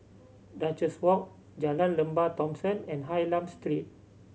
Duchess Walk Jalan Lembah Thomson and Hylam Street